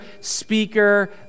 speaker